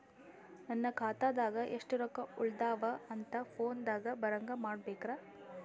ನನ್ನ ಖಾತಾದಾಗ ಎಷ್ಟ ರೊಕ್ಕ ಉಳದಾವ ಅಂತ ಫೋನ ದಾಗ ಬರಂಗ ಮಾಡ ಬೇಕ್ರಾ?